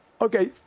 okay